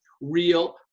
real